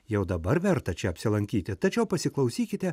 jau dabar verta čia apsilankyti tačiau pasiklausykite